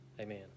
Amen